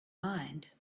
mind